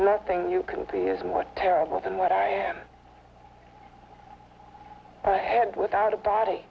nothing you can see is what terrible than what i am i had without a body